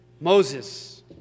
Moses